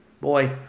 Boy